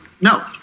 No